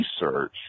research